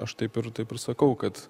aš taip ir taip sakau kad